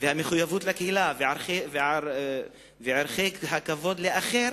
והמחויבות לקהילה וערכי הכבוד לאחר